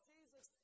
Jesus